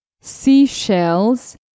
seashells